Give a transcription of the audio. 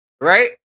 right